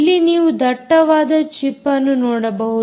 ಇಲ್ಲಿ ನೀವು ದಟ್ಟವಾದ ಚಿಪ್ಅನ್ನು ನೋಡಬಹುದು